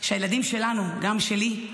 הילדים שלנו, גם שלי,